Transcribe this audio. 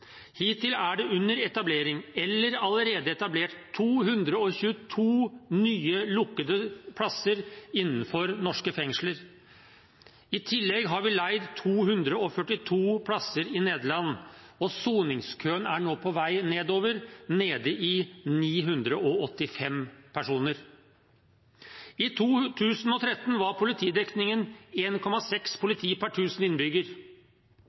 Hittil er det under etablering eller allerede etablert 222 nye lukkede plasser innenfor norske fengsler. I tillegg har vi leid 242 plasser i Nederland. Soningskøen er nå på vei nedover og er nede i 985 personer. I 2013 var politidekningen 1,6 politi per